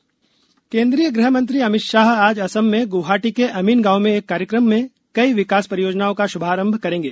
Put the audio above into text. अमित शाह गुवाहाटी केन्द्रीय गृह मंत्री अमित शाह आज असम में गुवाहाटी के अमीनगांव में एक कार्यक्रम में कई विकास परियोजनाओं का शुभारंभ करेंगे